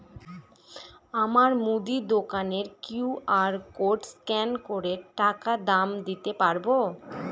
আমার মুদি দোকানের কিউ.আর কোড স্ক্যান করে টাকা দাম দিতে পারব?